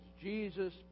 Jesus